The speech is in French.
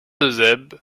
eusèbe